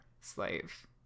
slave